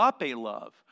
love